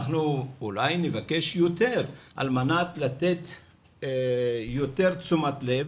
אנחנו אולי נבקש יותר על מנת לתת יותר תשומת לב,